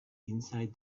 inside